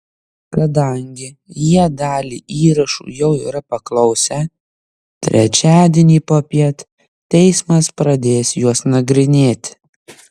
kadangi jie dalį įrašų jau yra paklausę trečiadienį popiet teismas pradės juos nagrinėti